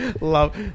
Love